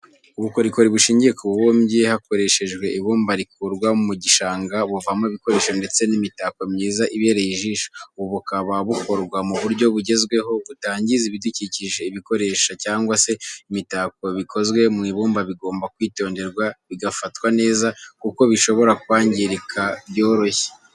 Ubukorikori bushingiye ku bubumbyi hakoreshejwe ibumba rikurwa mu gishanga buvamo ibikoresho ndetse n'imitako myiza ibereye ijisho, ubu bukaba bukorwa mu buryo bugezweho butangiza ibidukikije, ibikoresha cyangwa se imitako bikozwe mu ibumba bigomba kwitonderwa bigafatwa neza kuko bishobora kwangirika byoroshye.